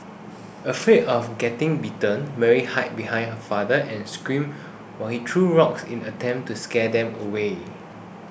afraid of getting bitten Mary hid behind her father and screamed while he threw rocks in an attempt to scare them away